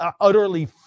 utterly